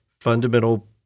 fundamental